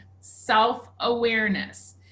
self-awareness